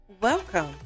Welcome